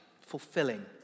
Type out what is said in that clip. Fulfilling